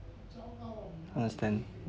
understand